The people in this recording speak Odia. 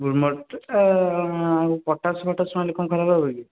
ଗ୍ରୁମର ଆଉ ପଟାସ୍ ଫଟାସ୍ ମାଇଲେ କ'ଣ ଖରାପ ହବ କି